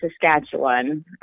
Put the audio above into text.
Saskatchewan